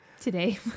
today